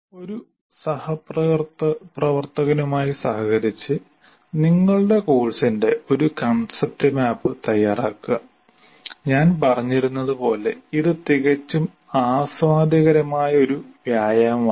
ഒരു സഹപ്രവർത്തകനുമായി സഹകരിച്ച് നിങ്ങളുടെ കോഴ്സിന്റെ ഒരു കൺസെപ്റ്റ് മാപ്പ് തയ്യാറാക്കുക ഞാൻ പറഞ്ഞിരുന്നത് പോലെ ഇത് തികച്ചും ആസ്വാദ്യകരമായ ഒരു വ്യായാമമാകും